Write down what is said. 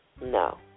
No